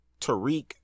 Tariq